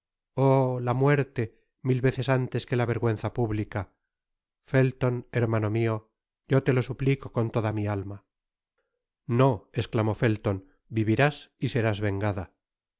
oh la muerte mil veces antes que la vergüenza pública felton hermano mio yo te lo suplico con toda mi alma no esclamó felton vivirás y serás vengada